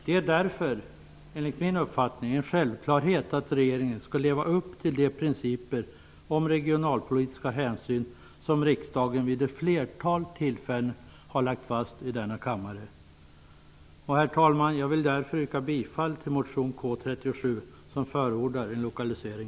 Det är en självklarhet att regeringen skall leva upp till de principer om regionalpolitiska hänsyn som riksdagen vid ett flertal tillfällen har lagt fast. Herr talman! Jag vill därför yrka bifall till motion